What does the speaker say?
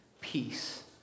peace